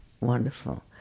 wonderful